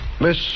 Miss